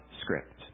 script